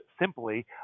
simply